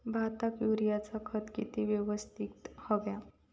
भाताक युरियाचा खत किती यवस्तित हव्या?